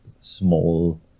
small